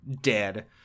dead